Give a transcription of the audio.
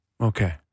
okay